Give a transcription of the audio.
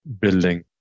building